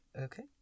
Okay